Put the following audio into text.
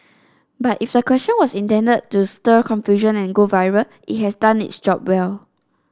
but if the question was intended to stir confusion and go viral it has done its job well